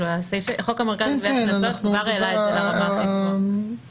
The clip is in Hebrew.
חוק המרכז לגביית קנסות כבר העלה את זה לרמה הכי גבוהה.